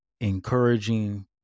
encouraging